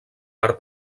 per